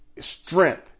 strength